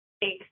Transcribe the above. Thanks